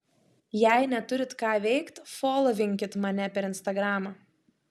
jei neturit ką veikt folovinkit mane per instagramą